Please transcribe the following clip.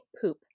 poop